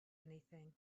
anything